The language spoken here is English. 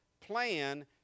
plan